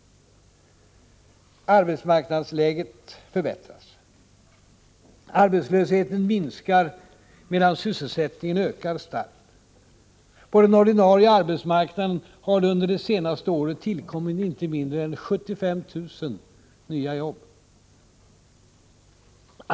Arbetsmarknadsläget förbättras. Arbetslösheten minskar medan sysselsättningen ökar starkt. På den ordinarie arbetsmarknaden har det under det senaste året tillkommit inte mindre än 75 000 nya jobb.